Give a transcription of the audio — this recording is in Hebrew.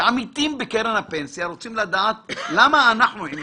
כעמיתים בקרן הפנסיה רוצים לדעת למי אנחנו - עם